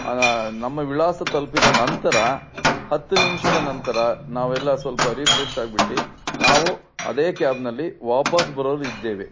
ನಮ್ಮ ವಿಳಾಸ ತಲುಪಿದ ನಂತರ ಹತ್ತು ನಿಮಿಷದ ನಂತರ ನಾವೆಲ್ಲ ಸ್ವಲ್ಪರಿಫ್ರೆಶ್ ಆಗ್ಬಿಟ್ಟು ನಾವು ಅದೇ ಕ್ಯಾಬ್ನಲ್ಲಿ ವಾಪಸ್ಸು ಬರೋರಿದ್ದೇವೆ